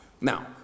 Now